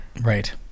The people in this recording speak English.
Right